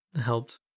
helped